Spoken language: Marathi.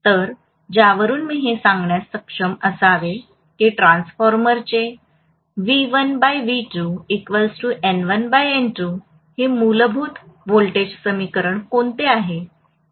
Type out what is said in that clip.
तर ज्यावरून मी हे सांगण्यास सक्षम असावे की ट्रान्सफॉर्मरचे हे मूलभूत व्होल्टेज समीकरण कोणते आहे